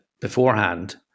beforehand